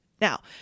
Now